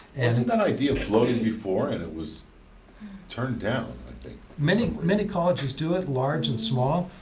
wasn't that idea floated before? and it was turned down i think. many many colleges do it large and small.